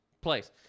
place